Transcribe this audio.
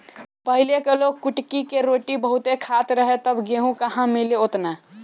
पहिले के लोग कुटकी के रोटी बहुते खात रहे तब गेहूं कहां मिले ओतना